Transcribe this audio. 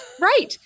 Right